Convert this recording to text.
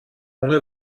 ohne